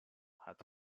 had